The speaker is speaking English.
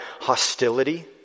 hostility